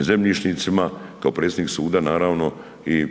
zemljišnicima, kao predsjednik suda naravno i